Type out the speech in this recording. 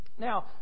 Now